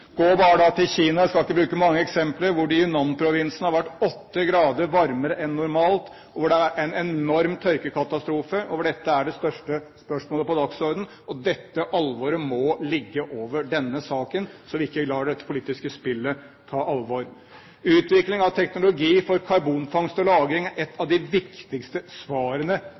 Gå bare da til Kina – jeg skal ikke bruke mange eksempler – hvor det i Yunnan-provinsen har vært åtte grader varmere enn normalt, og hvor det har vært en enorm tørkekatastrofe. Dette er det største spørsmålet på dagsordenen. Dette alvoret må ligge over denne saken, vi må ikke la dette politiske spillet ta alvoret. Utvikling av teknologi for karbonfangst og -lagring er et av de viktigste svarene